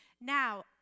Now